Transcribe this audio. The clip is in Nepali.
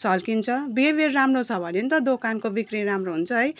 झल्किन्छ विहेवियर राम्रो छ भने नि त दोकानको बिक्री राम्रो हुन्छ है